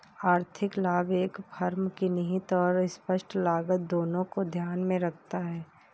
आर्थिक लाभ एक फर्म की निहित और स्पष्ट लागत दोनों को ध्यान में रखता है